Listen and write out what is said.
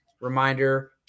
reminder